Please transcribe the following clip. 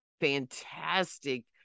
fantastic